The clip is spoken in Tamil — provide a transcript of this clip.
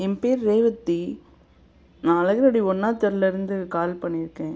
என் பேர் ரேவதி நான் அழகரடி ஒன்றாவது தெருவில் இருந்து கால் பண்ணி இருக்கேன்